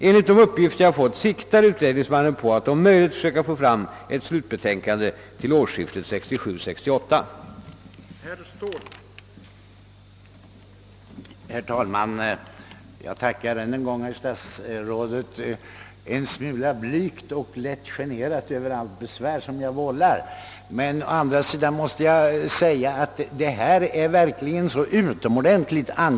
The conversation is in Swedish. Enligt de uppgifter jag fått siktar utredningsmannen på att om möjligt försöka få fram ett slutbetänkande till årsskiftet 1967—1968.